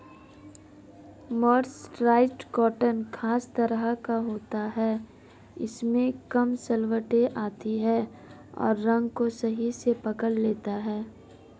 mercerised cotton खास तरह का होता है इसमें कम सलवटें आती हैं और रंग को सही से पकड़ लेता है